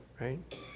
Right